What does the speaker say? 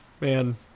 Man